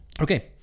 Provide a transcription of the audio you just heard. Okay